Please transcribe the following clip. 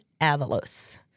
Avalos